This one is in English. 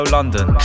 London